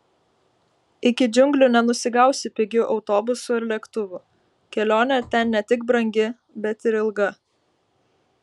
iki džiunglių nenusigausi pigiu autobusu ar lėktuvu kelionė ten ne tik brangi bet ir ilga